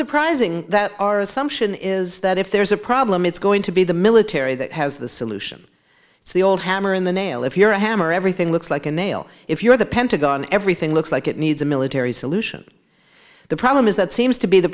surprising that our assumption is that if there's a problem it's going to be the military that has the solution it's the old hammer in the nail if you're a hammer everything looks like a nail if you're the pentagon everything looks like it needs a military solution the problem is that seems to be the